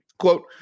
quote